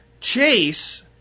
Chase